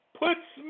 puts